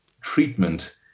treatment